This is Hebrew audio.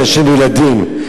נשים וילדים?